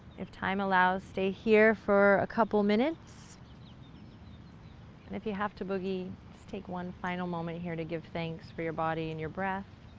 if time allows, stay here for a couple minutes. and if you have to boogie, let's take one final moment here to give thanks for your body and your breath,